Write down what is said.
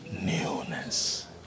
newness